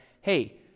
hey